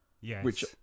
Yes